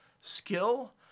skill